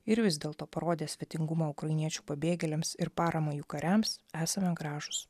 ir vis dėlto parodė svetingumą ukrainiečių pabėgėliams ir paramą jų kariams esame gražūs